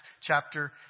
chapter